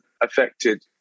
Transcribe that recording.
affected